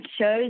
shows